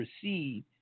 proceed